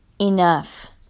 enough